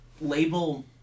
label